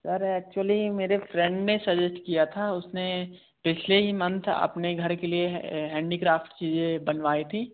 sir actually मेरे एक friend ने सजेस्ट किया था उसने पिछले ही मंथ अपने घर के लिए हैंडीक्राफ़्ट चीज़ें बनवाई थीं